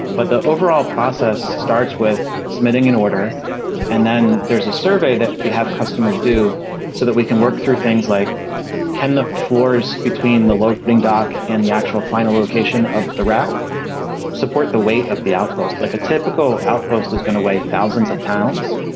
but the overall process starts with submitting an order and then there's a survey that we have customers do so that we can work through things like can the floors between the loading dock and the actual final location of the rack support the weight of the outpost? a like a typical outpost is going away thousands of pounds.